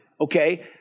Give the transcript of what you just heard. Okay